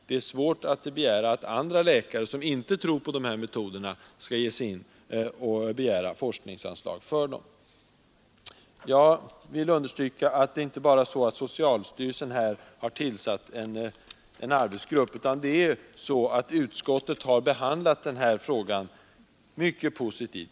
Det är svårt att begära att andra läkare, som inte tror på metoderna i fråga, skall ge sig till att begära forskningsanslag för dem. Socialstyrelsen har tillsatt en arbetsgrupp, men jag vill dessutom understryka att utskottet behandlat denna fråga mycket positivt.